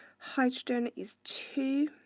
hydrogen is two,